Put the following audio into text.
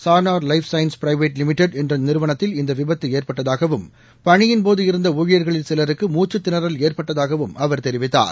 சாய்னார் life sciences private limited என்ற நிறுவனத்தில் இந்த விபத்து ஏற்பட்டதாகவும் பணியின்போது இருந்த ஊழியர்களில் சிலருக்கு மூக்கத் திணறல் ஏற்பட்டதாகவும் அவர் தெரிவித்தார்